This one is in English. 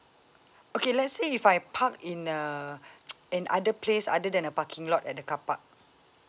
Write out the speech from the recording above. okay let's say if I park in uh in other place other than a parking lot at the car park